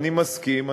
אני מסכים,